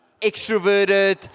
Extroverted